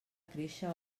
créixer